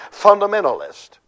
fundamentalist